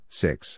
six